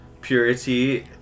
Purity